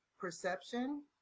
perception